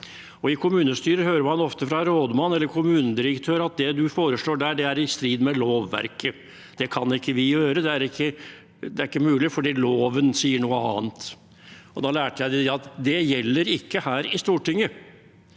I kommunestyrer hører man ofte fra rådmannen eller kommunedirektøren at det man foreslår, er i strid med lovverket – at det kan vi ikke gjøre, det er ikke mulig fordi loven sier noe annet. Da lærte jeg dem at det ikke gjelder her i Stortinget,